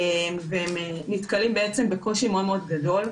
והם נתקלים בקושי מאוד גדול.